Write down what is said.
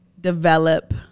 develop